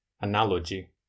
analogy